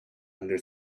under